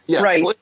right